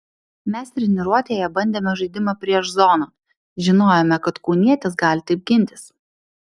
mes treniruotėje bandėme žaidimą prieš zoną žinojome kad kaunietės gali taip gintis